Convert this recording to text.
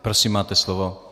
Prosím, máte slovo.